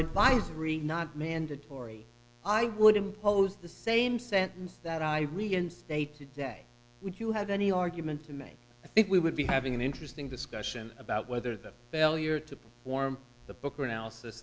advisory not mandatory i would impose the same sentence that i reinstate today would you have any argument to make i think we would be having an interesting discussion about whether the failure to form the book or analysis